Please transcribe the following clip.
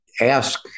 ask